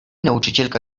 nauczycielka